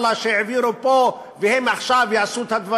ואללה,